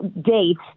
date